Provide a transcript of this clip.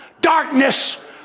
darkness